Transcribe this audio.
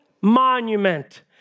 monument